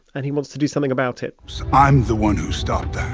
and he wants to do something about it i'm the one who stopped